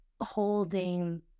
holding